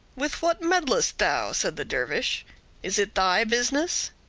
with what meddlest thou? said the dervish is it thy business?